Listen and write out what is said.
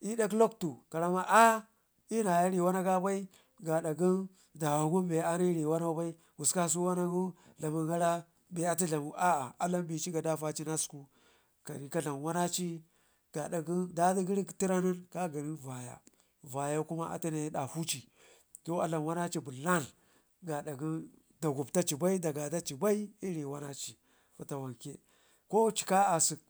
l'dak luctu karamma aa l'yuna naye riwanaga bai gaada gən dawun be anii rii wano bai gusku kasu wano wun dlamin gara be atu dlamu aa adlam bici gadavaci na suku, kayi ka dlam wanna ci gaada gən ɗadigərik lera gənik veya vaya kuma atune dafuci to adlam wann aci blan gaada gən dagu btaci bai da gadaci bai l'ri wanaci fatawanke, kocika asek